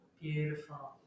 Beautiful